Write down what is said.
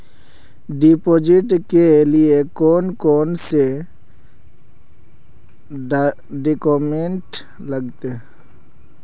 Deposit के लिए कौन कौन से डॉक्यूमेंट लगते?